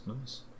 nice